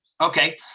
okay